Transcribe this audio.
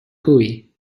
hooey